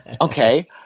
okay